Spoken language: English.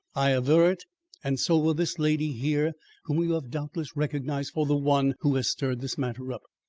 i aver it and so will this lady here whom you have doubtless recognised for the one who has stirred this matter up.